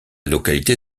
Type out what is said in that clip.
localité